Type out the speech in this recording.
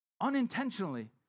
unintentionally